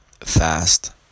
fast